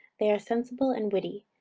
they are sensible and witty.